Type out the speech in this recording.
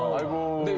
i